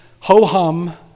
ho-hum